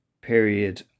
period